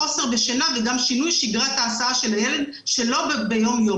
חוסר בשינה וגם שינוי שגרת ההסעה של הילד שלו ביום-יום.